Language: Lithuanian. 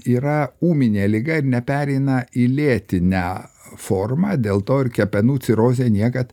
yra ūminė liga ir nepereina į lėtinę formą dėl to ir kepenų cirozė niekad